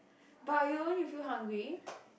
but you won't you feel hungry